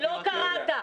לא קראת.